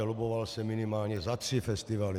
Lobboval jsem minimálně za tři festivaly.